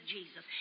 Jesus